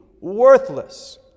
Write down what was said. worthless